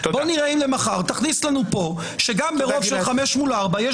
בוא נראה אם מחר תכניס לנו כאן שגם ברוב של חמישה מול ארבעה יש